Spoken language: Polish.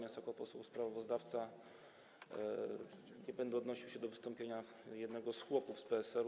Jako poseł sprawozdawca nie będę odnosił się do wystąpienia jednego z chłopów z PSL-u.